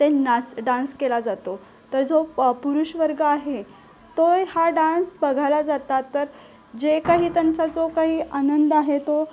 ते नाच डांस केला जातो तर जो पुरुष वर्ग आहे तो हा डांस बघायला जातात तर जे काही त्यांचा जो काही आनंद आहे तो